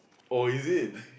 oh is it